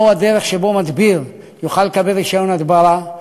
מהי הדרך שבה מדביר יוכל לקבל רישיון הדברה,